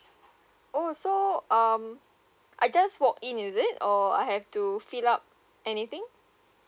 oh so um I just walk in is it or I have to fill up anything